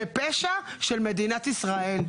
זה פשע של מדינת ישראל,